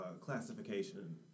classification